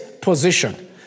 position